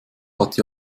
hatte